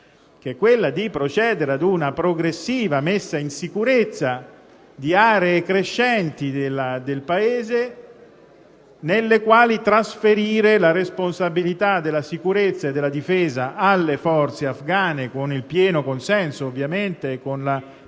volta a procedere a una progressiva messa in sicurezza di aree crescenti del Paese dove trasferire la responsabilità della sicurezza e della difesa alle forze afgane, con il pieno consenso e con la